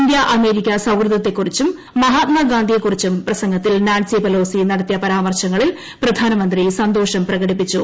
India America സൌഹൃദത്തെക്കുറിച്ചും മഹാത്മാഗാന്ധിയെക്കുറിച്ചും പ്രസംഗത്തിൽ നാൻസി പെലോസി നടത്തിയ പരാമർശങ്ങളിൽ പ്രധാനമന്ത്രി സന്തോഷം പ്രകടിപ്പിച്ചു